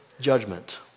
judgment